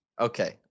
Okay